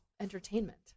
entertainment